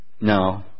No